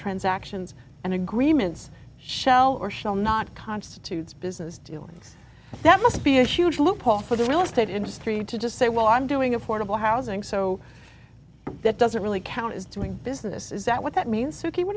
transactions and agreements shell or shell not constitutes business dealings that must be a huge loophole for the real estate industry to just say well i'm doing affordable housing so that doesn't really count as doing business is that what that means so what